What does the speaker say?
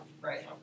right